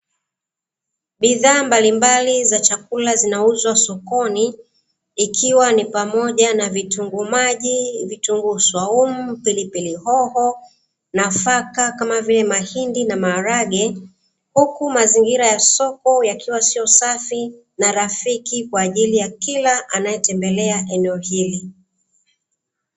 Bidhaa mbalimbali za chakula zinauzwa sokoni ikiwa ni pamoja na vitunguu maji, vitunguu swaumu, pilipili hoho, nafaka kama vile mahindi na maharage huku mazingira ya soko yakiwa safi na rafiki kwa kila anayetembelea eneo hili.